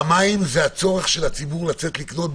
וזה הצורך של הציבור לצאת לקנות.